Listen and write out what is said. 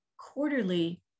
quarterly